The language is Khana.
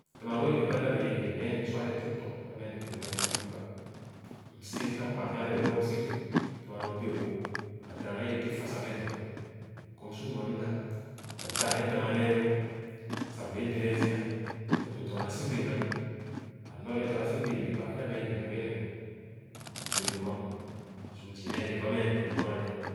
Tẽmà lõõ yeteba mda bẽẽ yẽ yere nee ne sor alo top tɔ sah meh ne kpugi, meh tẽmà kpugi ba. Msi ye tam kpããn kẽ ale bẽẽ gbi kɔ msi dõ. Tẽmà nɔr bẽẽ wõ ã dana nee ye te fa sah meh dɔɔne kɔ msu nua mda, meh mda nee tẽmà nee loo sah mbee dè nee zia è bu dɔɔna si dẽẽ na ghe, alu na ghe dɔɔna sidee yẽreba é a meh yẽrẽ nee ne ló. So mdõõ ye mam ma. So zii nẽẽ é yereba meh ne ló nɔr alẽ.